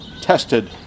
tested